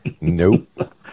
Nope